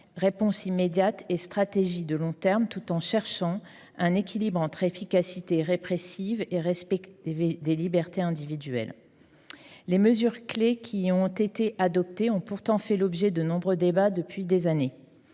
réponse immédiate et stratégie de long terme tout en cherchant un équilibre entre efficacité répressive et respect des libertés individuelles. Les mesures clés qui ont été adoptées ont pourtant fait l'objet de nombreux débats depuis des années.